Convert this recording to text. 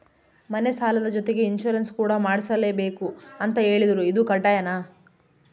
ಮನೆ ಸಾಲದ ಜೊತೆಗೆ ಇನ್ಸುರೆನ್ಸ್ ಕೂಡ ಮಾಡ್ಸಲೇಬೇಕು ಅಂತ ಹೇಳಿದ್ರು ಇದು ಕಡ್ಡಾಯನಾ?